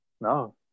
no